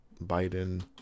biden